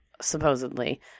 supposedly